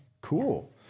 Cool